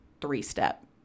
three-step